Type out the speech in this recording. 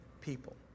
people